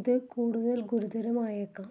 ഇത് കൂടുതൽ ഗുരുതരമായേക്കാം